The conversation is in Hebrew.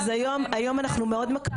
--- לא תמיד נותנים,